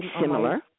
similar